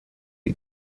ate